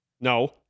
No